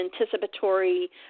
anticipatory